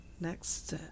next